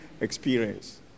experience